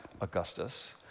Augustus